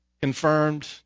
confirmed